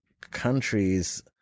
countries